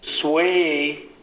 sway